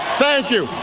thank you,